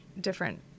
different